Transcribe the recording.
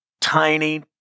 tiny